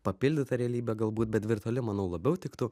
papildyta realybė galbūt bet virtuali manau labiau tiktų